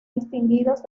distinguidos